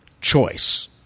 choice